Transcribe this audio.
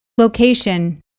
Location